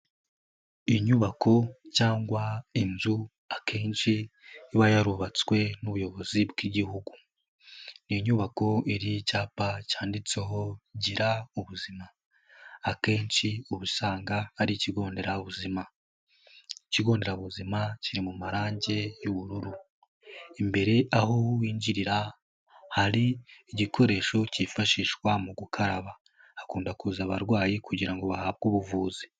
Inyubako cyangwa inzu akenshi iba yarubatswe n'ubuyobozi bw'igihugu, ni inyubako iriho icyapa cyanditseho gira ubuzima akenshi ubu usanga ari ikigo nderabuzima, ikigo nderabuzima kiri mu marangi y'ubururu, imbere aho winjirira hari igikoresho cyifashishwa mu gukaraba, hakunda kuza abarwayi kugira ngo bahabwe ubuvuzi.